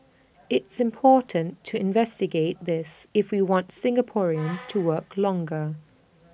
it's important to investigate this if we want Singaporeans to work longer